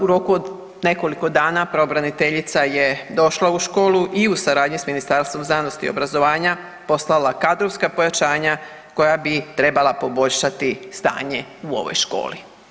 U roku od nekoliko dana pravobraniteljica je došla u školu i u saradnji s Ministarstvom znanosti i obrazovanja poslala kadrovska pojačanja koja bi trebala poboljšati stanje u ovoj školi.